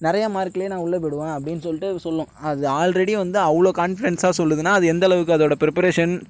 நிறையா மார்க்லேயே நான் உள்ளே போய்டுவேன் அப்படின்னு சொல்லிவிட்டு சொல்லும் அது ஆல்ரெடி வந்து அவ்வளோ கான்ஃபிடென்ஸாக சொல்லுதுன்னா அது எந்தளவுக்கு அதோட பிரிப்பரேஷன்